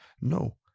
no